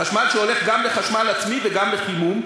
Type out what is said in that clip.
חשמל שהולך גם לחשמל עצמי וגם לחימום.